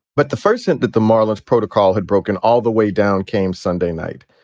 but the first hint that the marlins protocol had broken all the way down came sunday night.